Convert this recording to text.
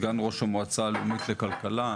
סגן ראש המועצה הלאומית לכלכלה,